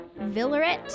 Villaret